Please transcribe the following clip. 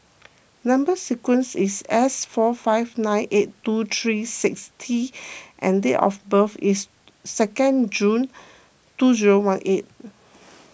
Number Sequence is S four five nine eight two three six T and date of birth is second June two zero one eight